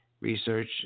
Research